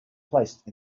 placed